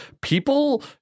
people